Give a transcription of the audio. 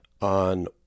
on